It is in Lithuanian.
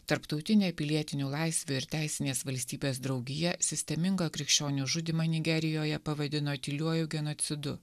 tarptautinė pilietinių laisvių ir teisinės valstybės draugija sistemingą krikščionių žudymą nigerijoje pavadino tyliuoju genocidu